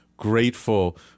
grateful